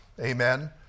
Amen